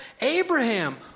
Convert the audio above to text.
Abraham